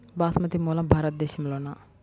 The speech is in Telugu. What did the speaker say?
బాస్మతి మూలం భారతదేశంలోనా?